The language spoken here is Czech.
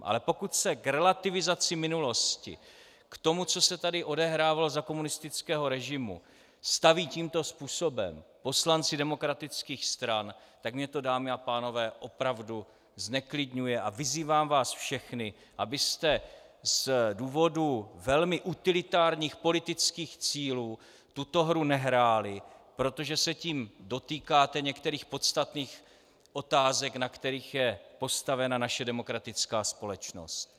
Ale pokud se k relativizaci minulosti, k tomu, co se tady odehrávalo za komunistického režimu, staví tímto způsobem poslanci demokratických stran, tak mě to, dámy a pánové, opravdu zneklidňuje a vyzývám vás všechny, abyste z důvodu velmi utilitárních politických cílů tuto hru nehráli, protože se tím dotýkáte některých podstatných otázek, na kterých je postavena naše demokratická společnost.